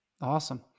Awesome